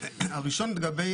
הראשון לגבי